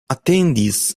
atendis